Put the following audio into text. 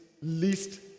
least